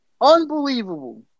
Unbelievable